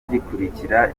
gikurikira